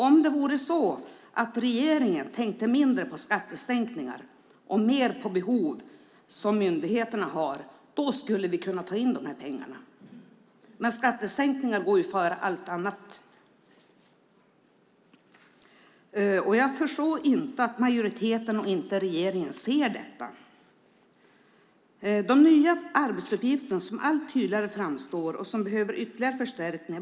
Om regeringen tänkte mindre på skattesänkningar och mer på behov som myndigheterna har skulle vi kunna ta in de här pengarna. Men skattesänkningar går före allt annat. Jag förstår inte att majoriteten och regeringen inte ser detta. De nya arbetsuppgifterna framstår allt tydligare och behöver ytterligare förstärkningar.